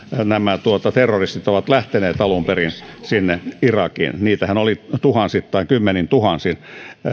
nämä terroristit ovat lähteneet alun perin sinne irakiin heitähän oli tuhansittain kymmenintuhansin